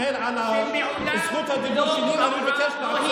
אדוני היושב-ראש,